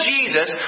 Jesus